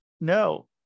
No